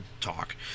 talk